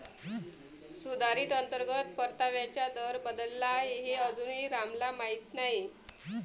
सुधारित अंतर्गत परताव्याचा दर बदलला आहे हे अजूनही रामला माहीत नाही